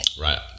Right